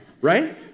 Right